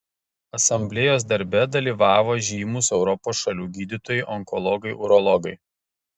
asamblėjos darbe dalyvavo žymūs europos šalių gydytojai onkologai urologai